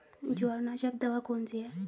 जवारनाशक दवा कौन सी है?